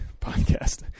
podcast